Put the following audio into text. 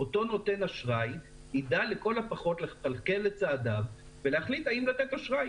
אותו נותן אשראי ידע לכל הפחות לכלכל את צעדיו ולהחליט האם לתת אשראי,